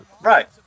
Right